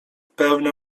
pełne